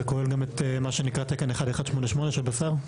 זה כולל גם מה שנקרא תקן 1.1.8.8 של בשר?